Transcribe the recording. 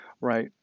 right